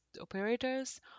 operators